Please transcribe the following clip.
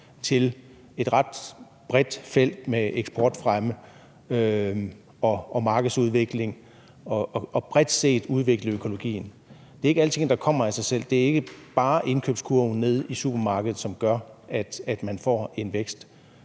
til et ret bredt felt med eksportfremme og markedsudvikling – og til bredt set at udvikle økologien. Det er ikke alting, der kommer af sig selv. Det er ikke bare indkøbskurven nede i supermarkedet, som gør, at man får en vækst.